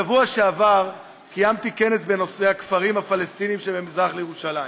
בשבוע שעבר קיימתי כנס בנושא הכפרים הפלסטיניים שממזרח לירושלים,